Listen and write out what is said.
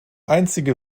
einzige